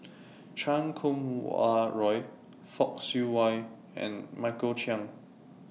Chan Kum Wah Roy Fock Siew Wah and Michael Chiang